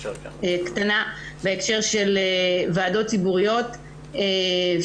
אחת הבעיות שהבחנו כבר אז בנושא הזה זה שבעצם